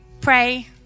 pray